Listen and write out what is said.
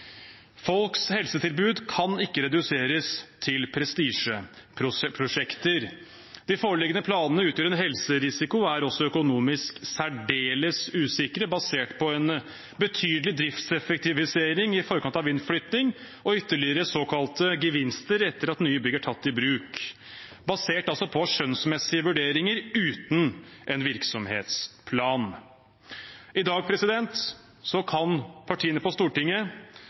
Folks helsetilbud kan ikke reduseres til prestisjeprosjekter. De foreliggende planene utgjør en helserisiko og er også økonomisk særdeles usikre, basert på en betydelig driftseffektivisering i forkant av innflytting og ytterligere såkalte gevinster etter at nye bygg er tatt i bruk – altså basert på skjønnsmessige vurderinger uten en virksomhetsplan. I dag kan partiene på Stortinget